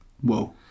Whoa